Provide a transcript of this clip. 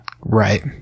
right